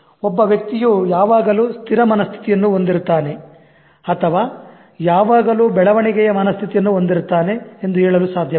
ಒಬ್ಬ ವ್ಯಕ್ತಿಯು ಯಾವಾಗಲೂ ಸ್ಥಿರ ಮನಸ್ಥಿತಿಯನ್ನು ಹೊಂದಿರುತ್ತಾನೆ ಅಥವಾ ಯಾವಾಗಲೂ ಬೆಳವಣಿಗೆಯ ಮನಸ್ಥಿತಿಯನ್ನು ಹೊಂದಿರುತ್ತಾನೆ ಎಂದು ಹೇಳಲು ಸಾಧ್ಯವಿಲ್ಲ